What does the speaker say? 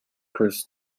chris